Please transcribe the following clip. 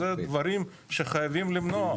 זה דברים שחייבים למנוע.